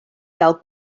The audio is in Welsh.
gael